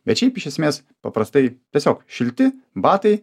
bet šiaip iš esmės paprastai tiesiog šilti batai